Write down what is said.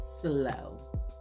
slow